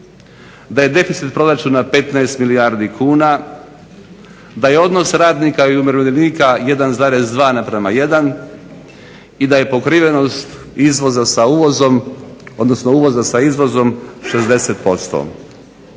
da je deficit proračuna 15 milijardi kuna, da je odnos radnika i umirovljenika 1,2:1 i da je pokrivenost uvoza sa izvozom 60%.